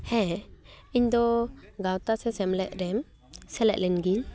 ᱦᱮᱸ ᱤᱧ ᱫᱚ ᱜᱟᱶᱛᱟ ᱥᱮ ᱥᱮᱢᱞᱮᱫ ᱨᱮᱱ ᱥᱮᱞᱮᱫ ᱞᱮᱱ ᱜᱤᱭᱟᱹᱧ